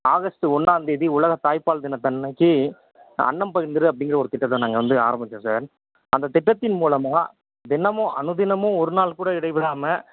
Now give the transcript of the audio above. August ஒன்றாந்தேதி உலக தாய்ப்பால் தினத்தன்னைக்கு அன்னம் பகிர்ந்திரு அப்படிங்கிற ஒரு திட்டத்தை நாங்கள் வந்து ஆரம்பித்தோம் சார் அந்த திட்டத்தின் மூலமாக தினமும் அனுதினமும் ஒரு நாள் கூட இடை விடாமல்